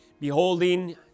beholding